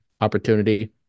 opportunity